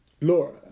Laura